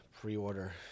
pre-order